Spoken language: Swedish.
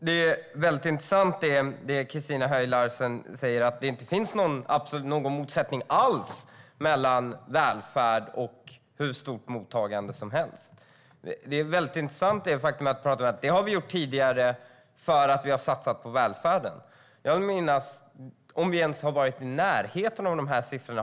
Det som Christina Höj Larsen säger om att det inte finns någon motsättning alls mellan välfärd och ett hur stort mottagande som helst är intressant. Hon säger att vi har klarat det tidigare för att vi har satsat på välfärden. Vi har aldrig varit i närheten av dessa siffror.